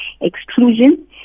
exclusion